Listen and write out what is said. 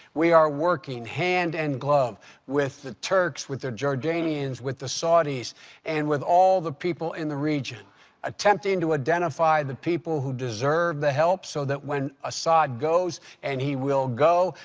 we are working hand in and glove with the turks, with the jordanians, with the saudis and with all the people in the region attempting to identify the people who deserve the help so that when assad goes and he will go,